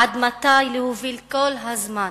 עד מתי אפשר להוביל כל הזמן